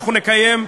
אנחנו נקיים,